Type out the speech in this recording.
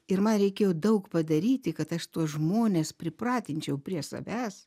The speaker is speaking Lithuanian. ir man reikėjo daug padaryti kad aš tuos žmones pripratinčiau prie savęs